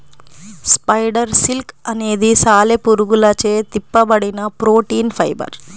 spider silk అనేది సాలెపురుగులచే తిప్పబడిన ప్రోటీన్ ఫైబర్